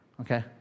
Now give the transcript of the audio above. Okay